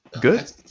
Good